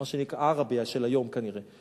מה שנקרא עראבה של היום, כנראה.